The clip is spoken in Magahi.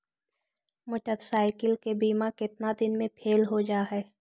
मोटरसाइकिल के बिमा केतना दिन मे फेल हो जा है?